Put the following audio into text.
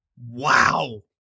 Wow